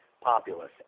populace